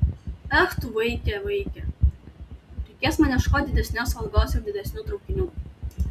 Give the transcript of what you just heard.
ech tu vaike vaike reikės man ieškoti didesnės algos ir didesnių traukinių